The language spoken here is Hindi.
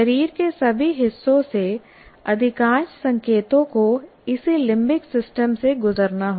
शरीर के सभी हिस्सों से अधिकांश संकेतों को इसी लिम्बिक सिस्टम से गुजरना होगा